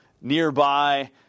nearby